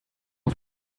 auf